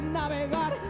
navegar